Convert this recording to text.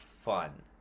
fun